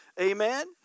Amen